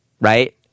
right